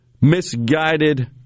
misguided